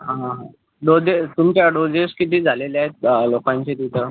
हां डोजेस तुमच्या डोजेस किती झालेल्या आहेत लोकांचे तिथं